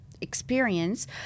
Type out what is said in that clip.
experience